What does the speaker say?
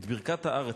את ברכת הארץ,